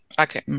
Okay